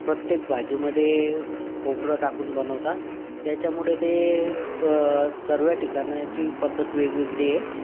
प्रत्येक भाजीमध्ये खोबरं टाकून बनवतात त्याच्यामुळे ते सर्व ठिकाणची पध्दत वेगवेगळी आहे